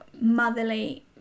motherly